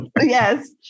Yes